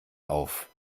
auf